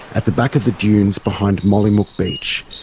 at the back of the dunes behind mollymook beach.